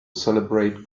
celebrate